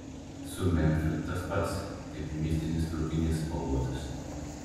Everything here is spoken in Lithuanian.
su memfiu tas pats tik mistinis traukinys spalvotas